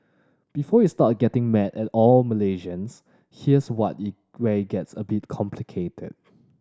before you start getting mad at all Malaysians here's what it where it gets a bit complicated